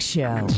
Show